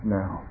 now